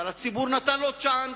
אבל הציבור נתן לו צ'אנס,